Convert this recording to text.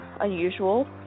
unusual